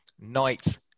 night